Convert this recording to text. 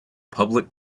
public